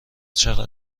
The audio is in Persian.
چقدر